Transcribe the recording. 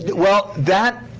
well, that,